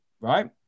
right